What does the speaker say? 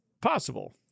possible